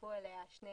שיצורפו אליה שני